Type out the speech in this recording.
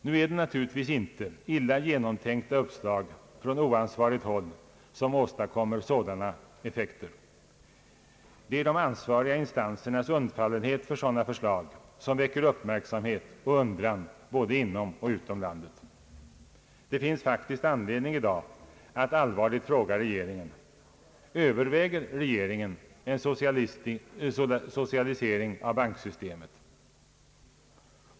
Nu är det naturligtvis inte illa genomtänkta uppslag från oansvarigt håll, som åstadkommer sådana skadliga effekter. Det är de ansvariga instansernas undfallenhet inför sådana förslag som väcker uppmärksamhet och undran både inom och utom landet. Det finns faktiskt anledning i dag att allvarligt fråga regeringen: Överväger regeringen en socialisering av bankväsendet?